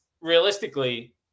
realistically